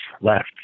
left